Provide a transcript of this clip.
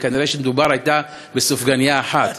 וכנראה שמדובר היה בסופגנייה אחת,